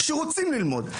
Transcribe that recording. שרוצים ללמוד,